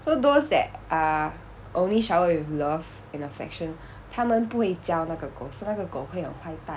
so those that are only shower with love and affection 他们不会教那个狗 so 那个狗会很坏蛋